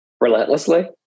relentlessly